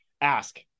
ask